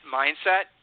mindset